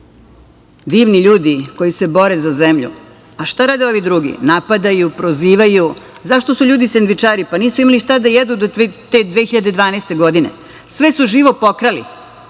divni ljudi koji se bore za zemlju. Šta rade ovi drugi? Napadaju, prozivaju. Zašto su ljudi sendvičari? Pa nisu imali šta da jedu do te 2012. godine. Sve su živo pokrali,